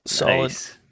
Nice